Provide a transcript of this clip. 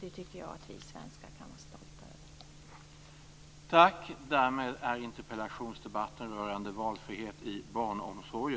Det tycker jag att vi svenskar kan vara stolta över.